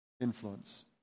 influence